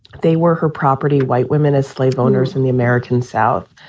they were her property white women as slave owners in the american south.